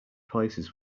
places